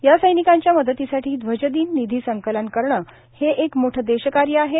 या सैनिकांच्या मदतीसाठी ध्वजदिन निधी संकलन करणं हे एक मोठे देशकार्य आहे